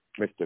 Mr